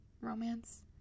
Romance